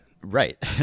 Right